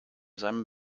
seinem